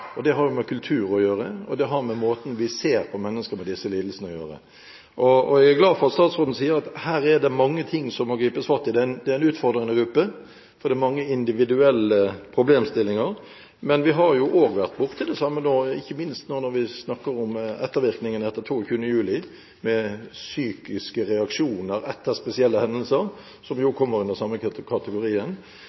Det har med kultur å gjøre, og det har med måten vi ser på mennesker med disse lidelsene å gjøre. Jeg er glad for at statsråden sier at her er det mange ting som må gripes fatt i. Det er en utfordrende gruppe, for det er mange individuelle problemstillinger. Men vi har også vært borte i det samme nå, ikke minst når vi snakker om ettervirkningene etter 22. juli, med psykiske reaksjoner etter spesielle hendelser som kommer inn under samme kategorien.